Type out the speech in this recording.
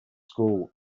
school